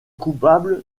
coupables